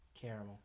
Caramel